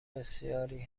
بسیاری